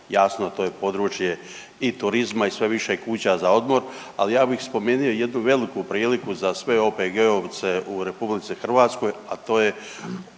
jasno to je područje i turizma i sve je više kuća za odmor, ali ja bih spomenuo jednu veliku priliku za sve OPG-ovce u RH, a to je